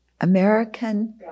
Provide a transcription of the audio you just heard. American